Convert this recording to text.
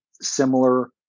similar